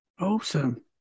awesome